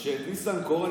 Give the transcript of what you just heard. כשניסנקורן,